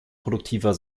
produktiver